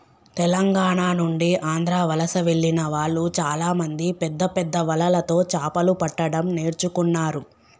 తెలంగాణ నుండి ఆంధ్ర వలస వెళ్లిన వాళ్ళు చాలామంది పెద్దపెద్ద వలలతో చాపలు పట్టడం నేర్చుకున్నారు